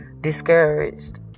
discouraged